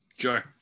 sure